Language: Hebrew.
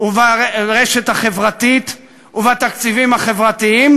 וברשת החברתית ובתקציבים החברתיים,